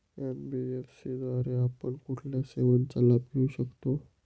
NBFC द्वारे आपण कुठल्या सेवांचा लाभ घेऊ शकतो?